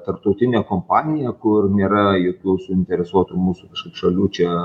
tarptautinė kompanija kur nėra jokių suinteresuotų mūsų šalių čia